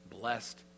Blessed